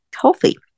healthy